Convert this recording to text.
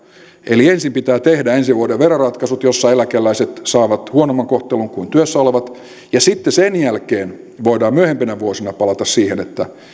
eli ensin pitää tehdä ensi vuoden veroratkaisut joissa eläkeläiset saavat huonomman kohtelun kuin työssä olevat ja sitten sen jälkeen voidaan myöhempinä vuosina palata siihen että